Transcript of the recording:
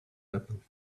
weapons